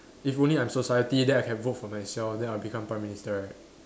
if only I'm society then I can vote for myself then I'll become prime minister right